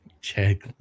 check